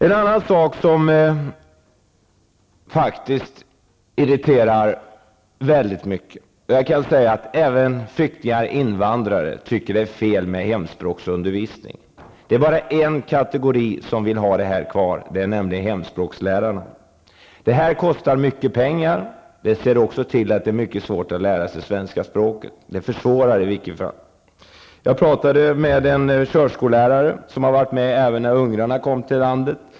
En annan sak som faktiskt irriterar mycket gäller hemspråksundervisningen. Även flyktingar och invandrare tycker att det är fel med hemspråksundervisning. Det är bara en kategori som vill ha den kvar, nämligen hemspråkslärarna. Den kostar mycket pengar, och den försvårar också för invandrarna att lära sig svenska språket. Jag talade med en körskolelärare som även var med när ungrarna kom till landet.